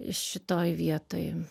šitoj vietoj